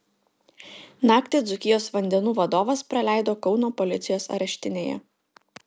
naktį dzūkijos vandenų vadovas praleido kauno policijos areštinėje